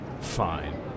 Fine